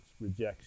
rejection